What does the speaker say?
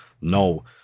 no